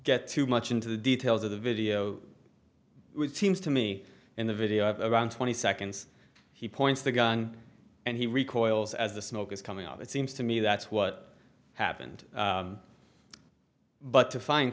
get too much into the details of the video which seems to me in the video around twenty seconds he points the gun and he recoils as the smoke is coming out it seems to me that's what happened but to find